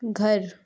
گھر